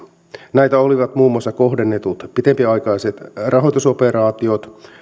näitä olivat muun muassa kohdennetut pitempiaikaiset rahoitusoperaatiot